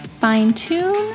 fine-tune